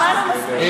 שמענו מספיק,